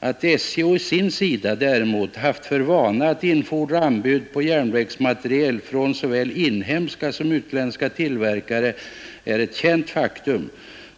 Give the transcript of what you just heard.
Att SJ å sin sida däremot haft för vana att infordra anbud på järnvägsmateriel från såväl inhemska som utländska tillverkare är ett känt faktum.